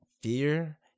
fear